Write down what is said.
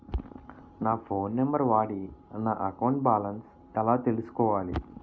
నా phone number వాడి నా అకౌంట్ బాలన్స్ ఎలా తెలుసుకోవాలి?